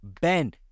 Ben